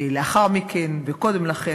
לאחר מכן וקודם לכן,